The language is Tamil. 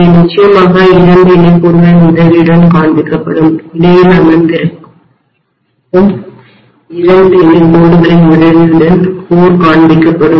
அவை நிச்சயமாக இரண்டு இணை கோடுகளின் உதவியுடன் காண்பிக்கப்படும் இடையில் அமர்ந்திருக்கும் இரண்டு இணை கோடுகளின் உதவியுடன் கோர் காண்பிக்கப்படும்